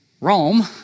Rome